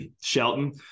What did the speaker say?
Shelton